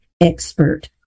expert